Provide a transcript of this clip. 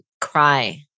cry